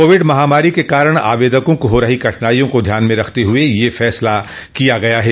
Covid महामारी के कारण आवेदकों को हो रही कठिनाइयों को ध्यान में रखते हुए यह फैसला किया गया है